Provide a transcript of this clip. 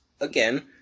Again